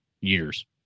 years